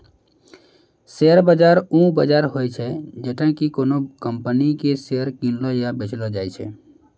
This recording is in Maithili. शेयर बाजार उ बजार होय छै जैठां कि कोनो कंपनी के शेयर किनलो या बेचलो जाय छै